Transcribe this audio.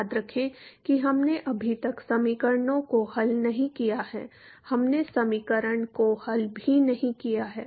याद रखें कि हमने अभी तक समीकरणों को हल नहीं किया है हमने समीकरण को हल भी नहीं किया है